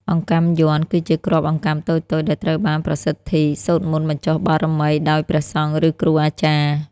អង្កាំយ័ន្ត គឺជាគ្រាប់អង្កាំតូចៗដែលត្រូវបានប្រសិទ្ធី (សូត្រមន្តបញ្ចុះបារមី) ដោយព្រះសង្ឃ ឬគ្រូអាចារ្យ។